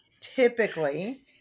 typically